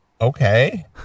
okay